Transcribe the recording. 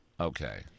okay